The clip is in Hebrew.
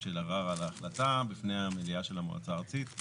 של ערר על ההחלטה בפני המליאה של המועצה הארצית.